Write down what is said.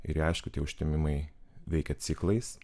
ir jie aišku tie užtemimai veikia ciklais